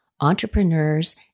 entrepreneurs